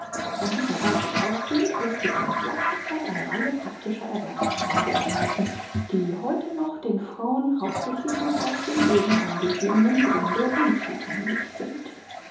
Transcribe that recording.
von dieser basis ausgehend läßt sich dann mit leichtigkeit eine reihe praktischer erwerbszweige ergreifen die heute den frauen hauptsächlich noch aus dem oben angegebenen grunde unzugänglich sind